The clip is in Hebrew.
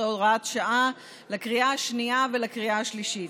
11, הוראת שעה), לקריאה השנייה ולקריאה השלישית.